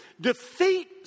defeat